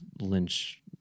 Lynch